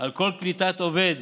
על כל קליטת עובד